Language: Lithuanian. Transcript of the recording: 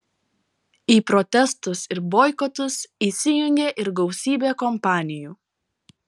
į protestus ir boikotus įsijungė ir gausybė kompanijų